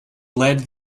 led